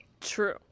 True